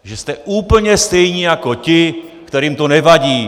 Takže jste úplně stejní jako ti, kterým to nevadí.